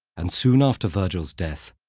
and soon after virgil's death,